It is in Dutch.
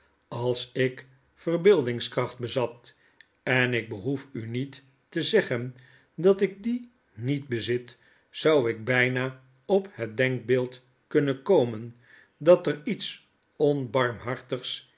als ik verbeeldingskracht bezat en ik behoef u niet te zeggen dat ik die niet bezit zou ik bijna op het denkbeeld kunnen komen dat er iets